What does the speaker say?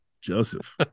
Joseph